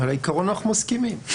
על העיקרון אנחנו מסכימים.